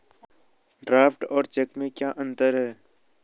Draft और cheque में क्या अंतर है?